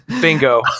bingo